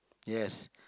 yes